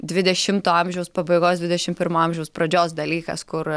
dvidešimto amžiaus pabaigos dvidešim pirmo amžiaus pradžios dalykas kur